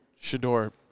Shador